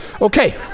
Okay